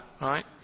right